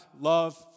love